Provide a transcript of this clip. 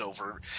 over